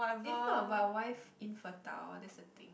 if not about wife infertile that's the thing